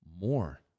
More